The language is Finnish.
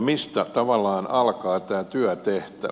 mistä tavallaan alkaa työtehtävä